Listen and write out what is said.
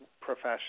profession